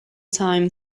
time